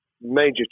major